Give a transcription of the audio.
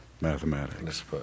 mathematics